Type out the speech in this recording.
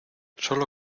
sólo